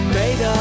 made